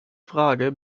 frage